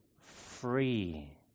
free